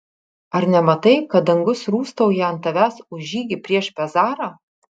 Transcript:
ar nematai kad dangus rūstauja ant tavęs už žygį prieš pezarą